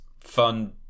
fun